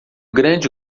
grande